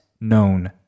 known